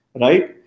Right